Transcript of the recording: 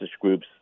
groups